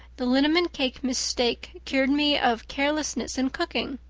the liniment cake mistake cured me of carelessness in cooking.